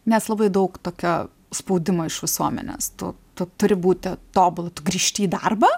nes labai daug tokio spaudimo iš visuomenės tu tu turi būti tobula grįžti į darbą